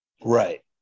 Right